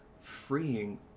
freeing